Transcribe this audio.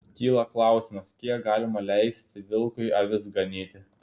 kyla klausimas kiek galima leisti vilkui avis ganyti